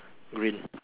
green